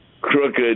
crooked